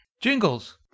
Jingles